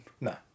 No